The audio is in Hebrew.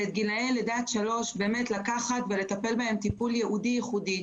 ואת גילאי לידה עד שלוש באמת לקחת ולטפל בהם טיפול ייעודי ייחודי.